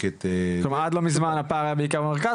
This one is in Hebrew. כלומר עד לא מזמן הפער היה בעיקר במרכז,